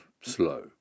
slow